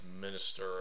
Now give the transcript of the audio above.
minister